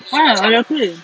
ah exactly